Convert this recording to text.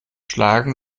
schlagen